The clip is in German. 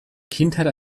kindheit